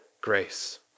grace